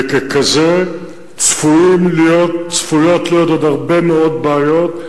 וככזה צפויות להיות עוד הרבה מאוד בעיות.